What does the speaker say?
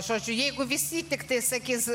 žodžiu jeigu visi tiktai sakys